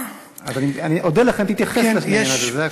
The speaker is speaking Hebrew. אני אודה לך אם תתייחס לשאלה הזאת, זה הכול.